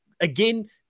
again